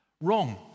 wrong